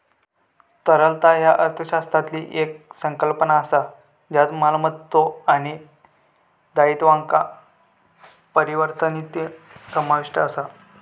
तरलता ह्या अर्थशास्त्रातली येक संकल्पना असा ज्यात मालमत्तो आणि दायित्वांचा परिवर्तनीयता समाविष्ट असा